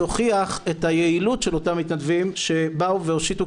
שהוכיח את היעילות של אותם מתנדבים שבאו והושיטו